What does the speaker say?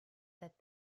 that